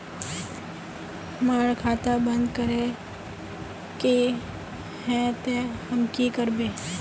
हमर खाता बंद करे के है ते हम की करबे?